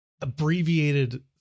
abbreviated